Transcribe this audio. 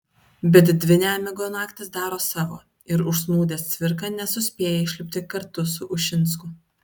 bet dvi nemigo naktys daro savo ir užsnūdęs cvirka nesuspėja išlipti kartu su ušinsku